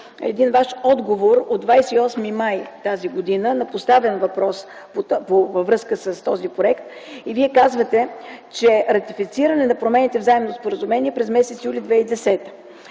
един Ваш отговор от 28 май т.г. на поставен въпрос във връзка с този проект и Вие казвате, че: „Ратифициране на промените в Заемното споразумение през м. юли 2010